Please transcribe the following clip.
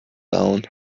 down